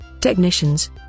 technicians